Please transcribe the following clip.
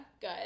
good